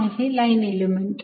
हा आहे line element